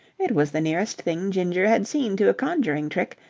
it was the nearest thing ginger had seen to a conjuring trick,